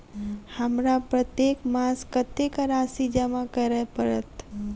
हमरा प्रत्येक मास कत्तेक राशि जमा करऽ पड़त?